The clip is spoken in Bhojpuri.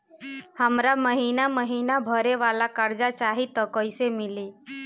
हमरा महिना महीना भरे वाला कर्जा चाही त कईसे मिली?